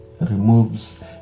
removes